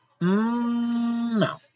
No